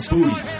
Booty